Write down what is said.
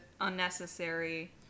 unnecessary